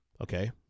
okay